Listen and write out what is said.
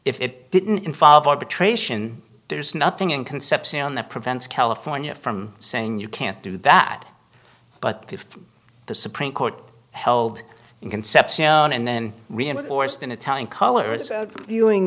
if it didn't involve arbitration there's nothing in concepcion that prevents california from saying you can't do that but if the supreme court held in concepcion and then reinforced in italian colors viewing